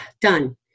done